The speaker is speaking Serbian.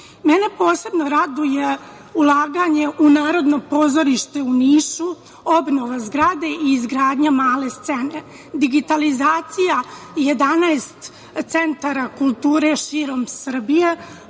Mene posebno raduje ulaganje u Narodno pozorište u Nišu, obnova zgrade i izgradnja male scene, digitalizacija 11 centara kulture širom Srbije,